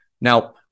Now